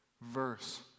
verse